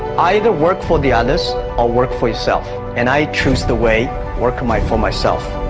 either work for the others or work for yourself, and i choose the way work might for myself